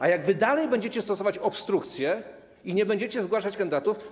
A jak wy dalej będziecie stosować obstrukcję i nie będziecie zgłaszać kandydatów.